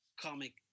comic